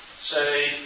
Say